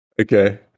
Okay